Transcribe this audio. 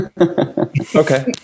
Okay